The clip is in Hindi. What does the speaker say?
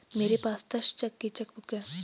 मेरे पास दस चेक की ही चेकबुक है